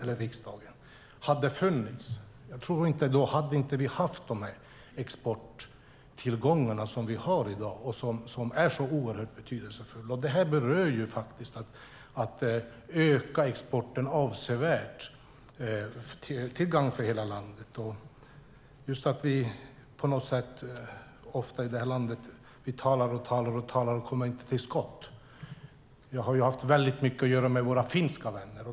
Tänk om de inte hade funnits. Då hade vi inte haft dessa exporttillgångar som vi har i dag och som är så oerhört betydelsefulla. Det gör att man kan öka exporten avsevärt till gagn för hela landet. I det här landet är det ofta så att vi talar, talar och talar, men vi kommer inte till skott. Jag har haft väldigt mycket att göra med våra finska vänner.